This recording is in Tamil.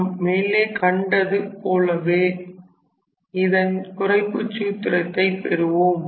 நாம் மேலே கண்டது போலவே இதன் குறைப்புச் சூத்திரத்தை பெறுவோம்